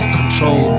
control